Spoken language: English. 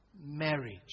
marriage